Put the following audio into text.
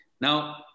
Now